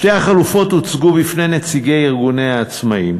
שתי החלופות הוצגו בפני נציגי ארגוני העצמאים